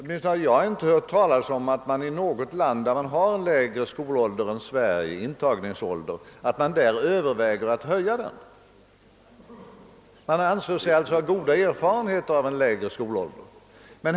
Åtminstone har jag inte hört talas om att man i något land, där man har lägre intagningsålder än i Sverige, överväger att höja den. Man anser sig alltså ha goda erfarenheter av en lägre skolålder.